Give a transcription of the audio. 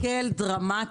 זה יקל דרמטית,